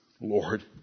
Lord